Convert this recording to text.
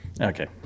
Okay